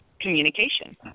communication